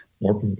more